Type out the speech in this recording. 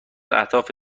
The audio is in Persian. اهداف